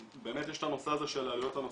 באמת יש את הנושא הזה של העלויות הנוספות.